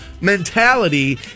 mentality